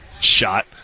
Shot